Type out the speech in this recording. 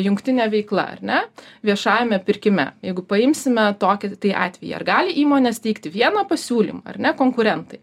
jungtinė veikla ar ne viešajame pirkime jeigu paimsime tokį atvejį ar gali įmonės teikti vieną pasiūlymą ar ne konkurentai